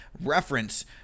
reference